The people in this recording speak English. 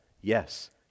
yes